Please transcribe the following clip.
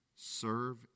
serve